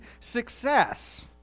success